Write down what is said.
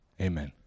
Amen